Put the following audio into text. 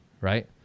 right